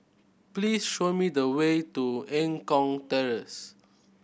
please show me the way to Eng Kong Terrace